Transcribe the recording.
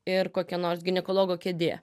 ir kokia nors ginekologo kėdė